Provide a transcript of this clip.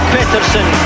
Peterson